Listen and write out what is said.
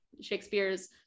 Shakespeare's